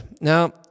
Now